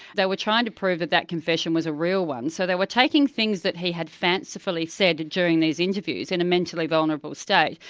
were trying to prove that that confession was a real one, so they were taking things that he had fancifully said during these interviews in a mentally vulnerable state,